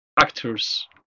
actors